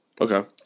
Okay